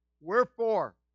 Wherefore